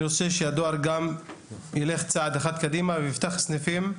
רוצה שהדואר גם יילך צעד אחד קדימה ויפתח סניפים.